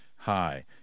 Hi